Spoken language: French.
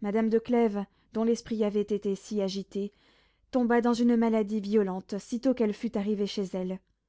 madame de clèves dont l'esprit avait été si agité tomba dans une maladie violente sitôt qu'elle fut arrivée chez elle